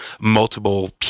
multiple